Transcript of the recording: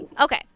Okay